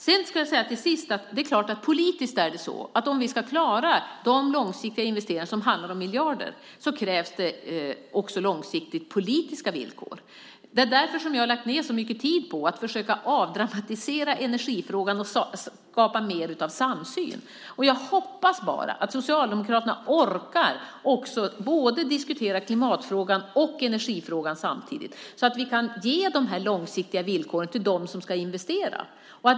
Om vi politiskt ska klara de långsiktiga investeringarna i miljardnivå krävs det också långsiktiga politiska villkor. Det är därför jag har lagt ned så mycket tid på att försöka avdramatisera energifrågan och skapa mer av samsyn. Jag hoppas att Socialdemokraterna orkar diskutera både klimatfrågan och energifrågan samtidigt så att vi kan ge de långsiktiga villkoren till dem som ska investera.